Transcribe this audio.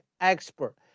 expert